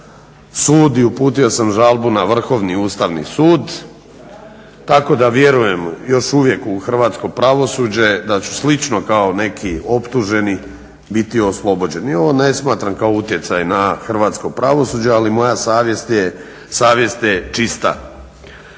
sud i uputio sam žalbu na Vrhovni ustavni sud, tako da vjerujem još uvijek u hrvatsko pravosuđe da ću slično kao neki optuženi biti oslobođen. I ovo ne smatram kao utjecaj na hrvatsko pravosuđe ali moja savjest je čista.